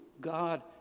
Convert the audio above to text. God